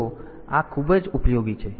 તેથી આ ખૂબ જ ઉપયોગી છે